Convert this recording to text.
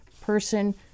person